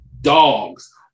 dogs